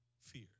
fear